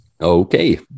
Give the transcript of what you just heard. Okay